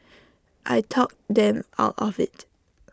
I talked them out of IT